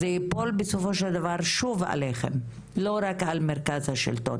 אז זה ייפול בסופו של דבר שוב עליכם ולא רק על המרכז לשלטון